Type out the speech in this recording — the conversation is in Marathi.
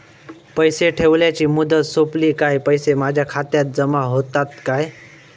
पैसे ठेवल्याची मुदत सोपली काय पैसे माझ्या खात्यात जमा होतात काय?